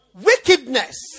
wickedness